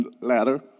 ladder